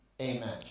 Amen